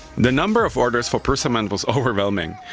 the number of orders for prusament was overwhelming,